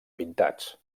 pintats